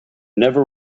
never